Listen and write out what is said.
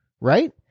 right